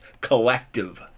collective